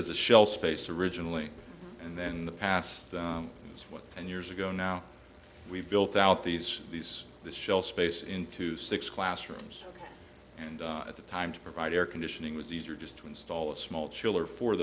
as a shelf space originally and then the past is what ten years ago now we've built out these these the shelf space into so it's classrooms and at the time to provide air conditioning was easier just to install a small chiller for